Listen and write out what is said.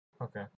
Okay